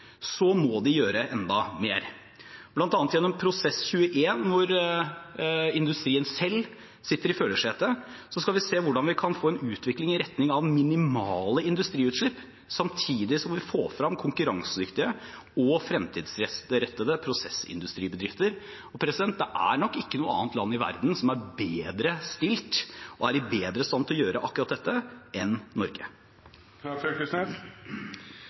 de må gjøre enda mer. Blant annet gjennom Prosess21, der industrien selv sitter i førersetet, skal vi se hvordan vi kan få en utvikling i retning av minimale industriutslipp, samtidig som vi vil få frem konkurransedyktige og fremtidsrettede prosessindustribedrifter. Det er nok ikke noe annet land i verden som er bedre stilt og bedre i stand til å gjøre akkurat dette enn